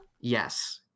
Yes